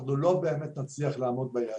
אנחנו לא באמת נצליח לעמוד ביעדים.